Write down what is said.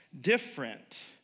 different